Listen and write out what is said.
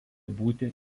būti